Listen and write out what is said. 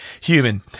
human